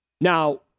Now